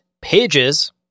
pages